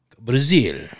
Brazil